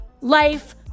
life